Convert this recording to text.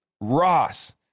Ross